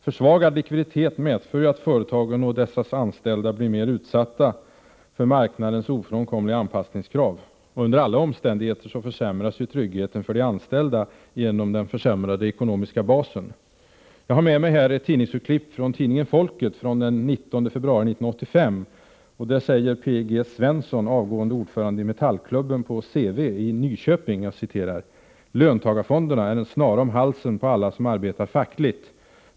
Försvagad likviditet medför att företagen och dessas anställda blir mer utsatta för marknadens ofrånkomliga anpassningskrav. Under alla omständigheter försämras tryggheten för de anställda genom försvagningen av den ekonomiska basen. Jag har i min hand ett tidningsurklipp från tidningen Folket den 19 februari 1985, där P.G. Svensson, avgående ordförande i Metallklubben på Cewe i Nyköping säger: ”Löntagarfonderna är en snara om halsen på alla som arbetar fackligt.